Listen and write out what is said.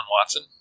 Watson